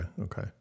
Okay